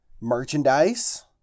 merchandise